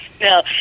No